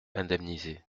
indemnisé